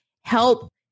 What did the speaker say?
help